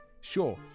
Sure